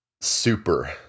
super